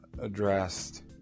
addressed